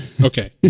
Okay